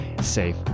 Safe